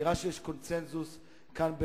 נראה שיש קונסנזוס כאן,